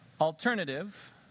alternative